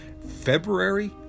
February